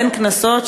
אין קנסות,